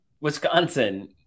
Wisconsin